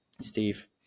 Steve